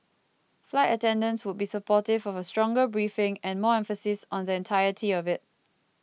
flight attendants would be supportive of a stronger briefing and more emphasis on the entirety of it